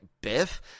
Biff